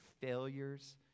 failures